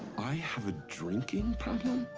i have a drinking problem?